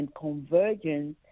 convergence